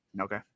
Okay